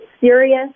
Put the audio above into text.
serious